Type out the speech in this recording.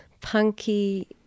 Punky